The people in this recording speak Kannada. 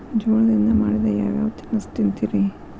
ಜೋಳದಿಂದ ಮಾಡಿದ ಯಾವ್ ಯಾವ್ ತಿನಸು ತಿಂತಿರಿ?